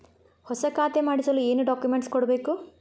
ಹೊಸ ಖಾತೆ ಮಾಡಿಸಲು ಏನು ಡಾಕುಮೆಂಟ್ಸ್ ಕೊಡಬೇಕು?